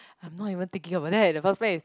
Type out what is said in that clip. I'm not even thinking about that in the first place